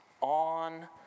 on